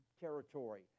territory